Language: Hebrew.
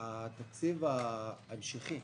התקציב ההמשכי,